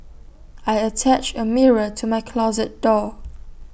I attached A mirror to my closet door